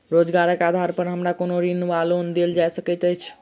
रोजगारक आधार पर हमरा कोनो ऋण वा लोन देल जा सकैत अछि?